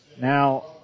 Now